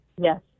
Yes